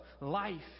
life